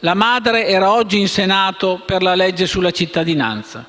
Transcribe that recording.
la madre era oggi in Senato per la legge sulla cittadinanza.